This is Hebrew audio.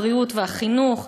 הבריאות והחינוך,